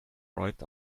right